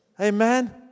Amen